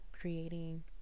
creating